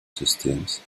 systems